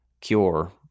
cure